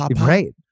Right